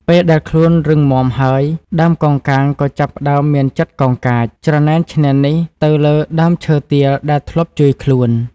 ពេលដែលខ្លួនរឹងមាំហើយ ដើមកោងកាងក៏ចាប់ផ្តើមមានចិត្តកោងកាច ច្រណែនឈ្នានីសទៅលើដើមឈើទាលដែលធ្លាប់ជួយខ្លួន។